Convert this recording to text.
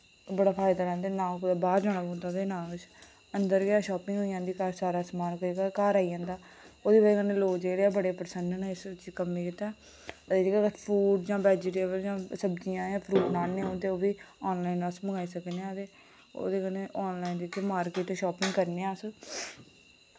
बड़ा फायदा लैंदे ना कुतै बाह्र जाना पौंदा ते ना किश अंदर गै शापिंग होई जंदी घर सारा समान पेदा घर आई जंदा ओह्दी बजह कन्नै लोक जेह्ड़े ऐ बड़े प्रसन्न न इस कम्मै गित्तै फूड जां वैजीटेबल जां सब्जियां जां फ्रूट आह्नने होन ते ओह्बी आनलाइन अस मंगाई सकने आं ते ओह्दे कन्नै आनलाइन जेह्की मार्किट शापिंग करने अस